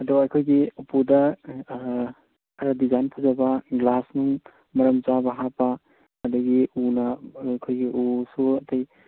ꯑꯗꯣ ꯑꯩꯈꯣꯏꯒꯤ ꯎꯄꯨꯗ ꯈꯔ ꯗꯤꯖꯥꯏꯟ ꯐꯖꯕ ꯒ꯭ꯂꯥꯁ ꯅꯨꯡ ꯃꯔꯝ ꯆꯥꯕ ꯍꯥꯞꯄ ꯑꯗꯨꯗꯒꯤ ꯎꯅ ꯑꯩꯈꯣꯏꯒꯤ ꯎꯁꯨ ꯑꯗꯩ